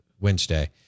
Wednesday